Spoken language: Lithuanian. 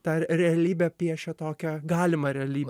tą realybę piešia tokią galimą realybę